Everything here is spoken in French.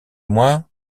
mois